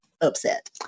upset